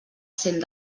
cent